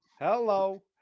hello